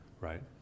right